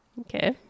okay